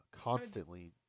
constantly